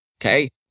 okay